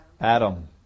Adam